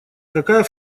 какая